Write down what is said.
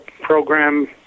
program